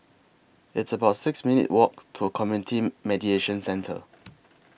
It's about six minutes' Walk to Community Mediation Centre